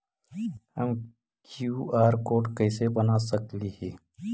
हम QR code कैसे बना सकली ही?